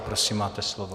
Prosím, máte slovo.